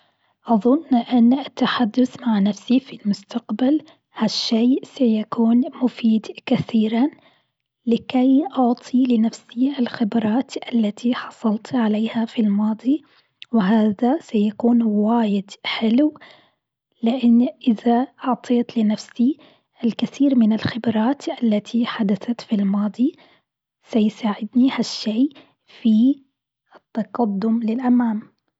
أظن أن أتحدث مع نفسي في المستقبل هالشيء سيكون مفيد كثيرًا، لكي أعطي لنفسي الخبرات التي حصلت عليها في الماضي، وهذا سيكون واجد حلو، لأني إذا أعطيت لنفسي الكثير من الخبرات التي حدثت في الماضي سيساعدني هالشيء في التقدم للأمام.